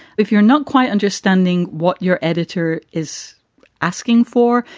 if you're not quite understanding what your editor is asking for.